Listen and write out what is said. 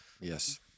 Yes